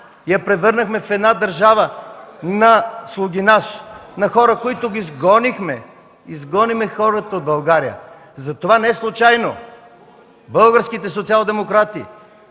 я превърнахме в една държава на слугинаж, на хора, които изгонихме. Защото изгонихме хората от България! Затова неслучайно българските социалдемократи